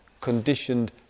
conditioned